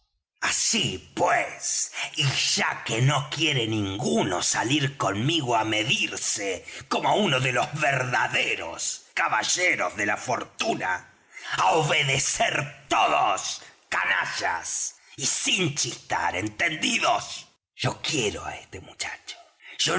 así pues y ya que no quiere ninguno salir conmigo á medirse como uno de los verdaderos caballeros de la fortuna á obedecer todos canallas y sin chistar entendidos yo quiero á este muchacho yo